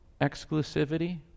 Exclusivity